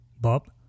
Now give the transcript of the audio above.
Bob